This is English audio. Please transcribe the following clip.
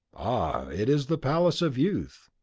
ah, it is the palace of youth,